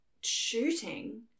shooting